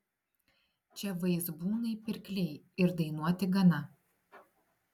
čia vaizbūnai pirkliai ir dainuoti gana